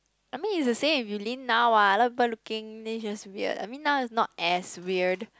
I mean is the same you lean now what a lot of people looking then is just weird I mean now is not as weird